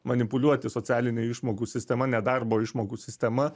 manipuliuoti socialinių išmokų sistema nedarbo išmokų sistema